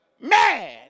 mad